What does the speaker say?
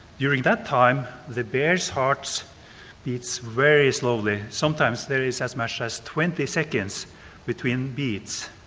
during that time the bear's heart beats very slowly, sometimes there is as much as twenty seconds between beats.